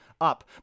up